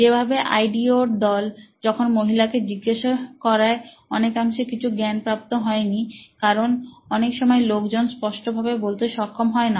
যেভাবে I D ও দল যখন মহিলা কে জিজ্ঞেস করায় অনেকাংশে কিছু জ্ঞান প্রাপ্ত হয়নি কারণ অনেক সময় লোকজন স্পষ্ট ভাবে বলতে সক্ষম হয়না